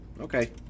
Okay